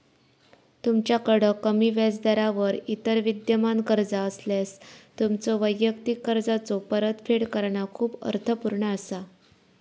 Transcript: तुमच्याकड कमी व्याजदरावर इतर विद्यमान कर्जा असल्यास, तुमच्यो वैयक्तिक कर्जाचो परतफेड करणा खूप अर्थपूर्ण असा